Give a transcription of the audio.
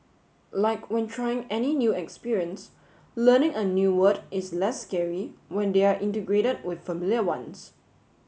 like when trying any new experience learning a new word is less scary when they are integrated with familiar ones